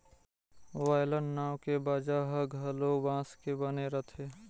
violin नांव के बाजा ह घलो बांस के बने रथे